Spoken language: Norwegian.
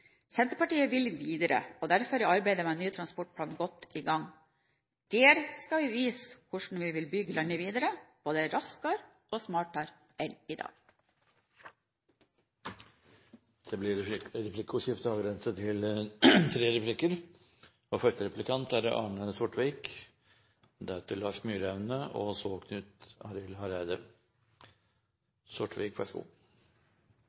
Senterpartiet vil videre, og derfor er arbeidet med den nye transportplanen godt i gang. Der skal vi vise hvordan vi vil bygge landet videre, både raskere og smartere enn i dag. Det blir replikkordskifte. Det er